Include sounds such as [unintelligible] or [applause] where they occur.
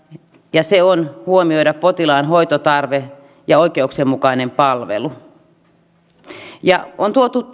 ja se on huomioida potilaan hoitotarve ja oikeuksien mukainen palvelu on tuotu [unintelligible]